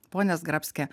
pone zgrabski